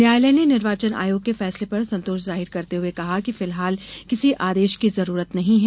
न्यायालय ने निर्वाचन आयोग के फैसले पर संतोष जाहिर करते हये कहा कि फिलहाल किसी आदेश की जरूरत नहीं हैं